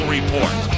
Report